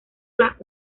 las